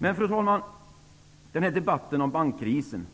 Hur skall vi då föra debatten om bankkrisen?